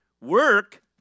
Work